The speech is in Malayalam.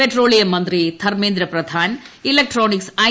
പെട്രോളിയം മന്ത്രി ധർമ്മേന്ദ്രപ്രധാൻ ഇലക്ട്രോണിക്സ് ഐ